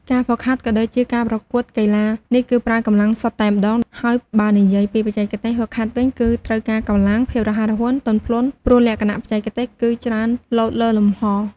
ការហ្វឹកហាត់ ក៏ដូចជាការប្រកួតកីឡានេះគឺប្រើកម្លាំងសុទ្ធតែម្ដង ហើយបើនិយាយពីបច្ចេកទេសហ្វឹកហាត់វិញ គឺត្រូវការកម្លាំង ភាពរហ័សរហួន ទន់ភ្លន់ ព្រោះលក្ខណៈបច្ចេកទេសគឺច្រើនលោតលើលំហ។